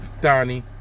Donnie